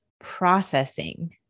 processing